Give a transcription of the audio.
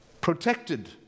protected